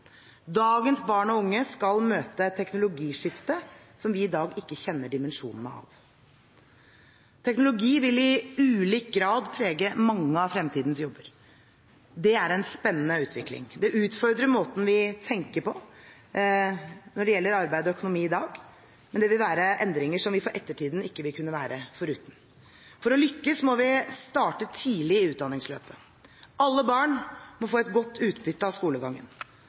Dagens barn og unge skal møte et teknologiskifte som vi i dag ikke kjenner dimensjonene av. Teknologi vil i ulik grad prege mange av fremtidens jobber. Det er en spennende utvikling. Det utfordrer måten vi tenker på når det gjelder arbeid og økonomi i dag, men det vil være endringer som vi for ettertiden ikke vil kunne være foruten. For å lykkes må vi starte tidlig i utdanningsløpet. Alle barn må få et godt utbytte av skolegangen.